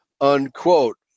unquote